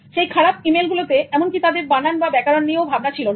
সেই খারাপ email গুলোতে এমনকি তাদের বানান বা ব্যাকরণ নিয়েও ভাবনা ছিল না